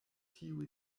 tiuj